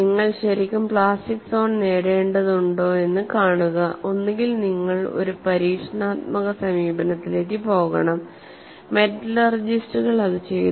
നിങ്ങൾ ശരിക്കും plastic zone നേടേണ്ടതുണ്ടോയെന്ന് കാണുക ഒന്നുകിൽ നിങ്ങൾ ഒരു പരീക്ഷണാത്മക സമീപനത്തിലേക്ക് പോകണം മെറ്റലർജിസ്റ്റുകൾ അത് ചെയ്തു